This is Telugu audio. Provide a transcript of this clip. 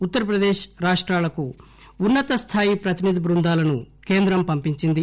ఉత్తర ప్రదేశ్ రాష్టాలకు ఉన్నత స్థాయి ప్రతినిధి బృందాలను కేంద్రం పంపించింది